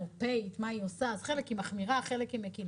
אם לא למעלה מ-100 תקנים,